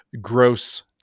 gross